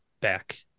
back